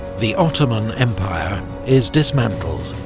the ottoman empire is dismantled.